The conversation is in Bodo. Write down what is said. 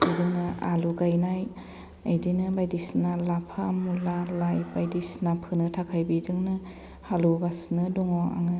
बेजोंनो आलु गायनाय इदिनो बायदिसिना लाफा मुला लाइ बायदिसिना फोनो थाखाय बिजोंनो हालेवगासिनो दङ आङो